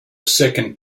second